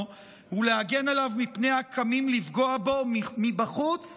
ולהגן עליו מפני הקמים לפגוע בו מבחוץ,